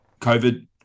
COVID